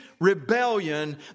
rebellion